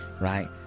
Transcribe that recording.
Right